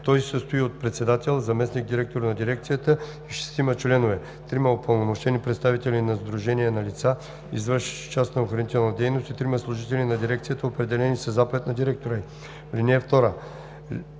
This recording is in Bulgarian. Той се състои от председател, заместник-директор на дирекцията, и шестима членове – трима упълномощени представители на сдружения на лица, извършващи частна охранителна дейност, и трима служители на дирекцията, определени със заповед на директора й.